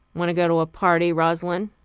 want to go to a party, rosalind?